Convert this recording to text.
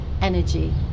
energy